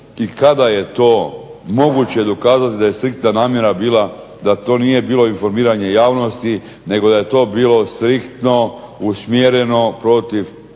i kada je to moguće dokazati da je striktna namjera bila da to nije bilo informiranje javnosti nego da je to bilo striktno usmjereno protiv